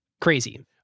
Crazy